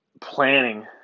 planning